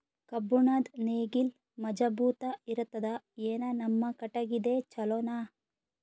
ಕಬ್ಬುಣದ್ ನೇಗಿಲ್ ಮಜಬೂತ ಇರತದಾ, ಏನ ನಮ್ಮ ಕಟಗಿದೇ ಚಲೋನಾ?